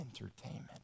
entertainment